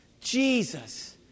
Jesus